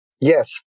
Yes